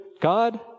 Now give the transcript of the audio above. God